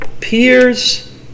peers